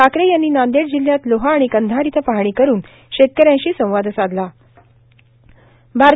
ठाकरे यांनी नांदेड जिल्ह्यात लोहा आणि कंधार इथं पाहणी करून शेतकऱ्यांशी संवाद साधलाण